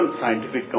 scientific